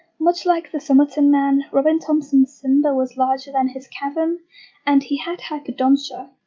much like the somerton man, robin thomson's cymba was larger than his cavum and he had hypodontia.